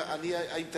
אני אגיד